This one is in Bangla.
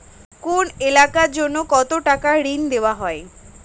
কোন এলাকার জন্য কত টাকা ঋণ দেয়া হয়?